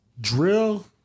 Drill